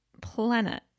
planet